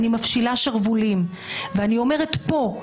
אני מפשילה שרוולים ואני אומרת פה,